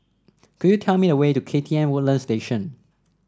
could you tell me the way to K T M Woodlands Station